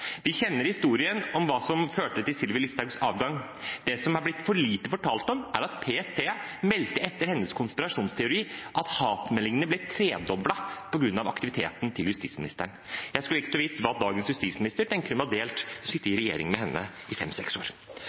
Vi kjenner historien om hva som førte til Sylvi Listhaugs avgang. Det som det har blitt for lite fortalt om, er at PST etter hennes konspirasjonsteori meldte om at antall hatmeldinger ble tredoblet – på grunn av aktiviteten til justisministeren. Jeg skulle likt å vite hva dagens justisminister tenker om å ha sittet i regjering med henne i fem–seks år.